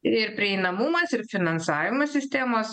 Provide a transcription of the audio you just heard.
ir prieinamumas ir finansavimo sistemos